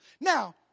Now